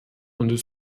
und